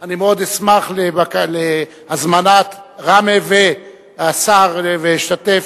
אני מאוד אשמח על הזמנת ראמה והשר להשתתף,